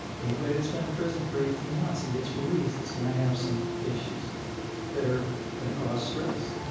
anybody that's been in prison for eighteen months and gets released is going to have some issues that are going to cause stress.